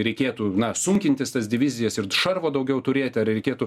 reikėtų na sunkintis tas divizijas ir šarvo daugiau turėti ar reikėtų